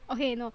okay no